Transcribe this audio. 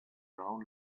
brown